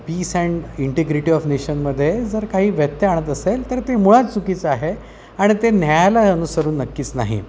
piece and integrity of नेशनमध्ये जर काही व्यत्यय आणत असेल तर ते मुळात चुकीचं आहे आणि ते न्यायाला अनुसरुन नक्कीच नाही